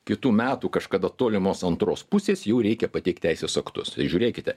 kitų metų kažkada tolimos antros pusės jau reikia pateikt teisės aktus tai žiūrėkite